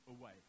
away